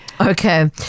Okay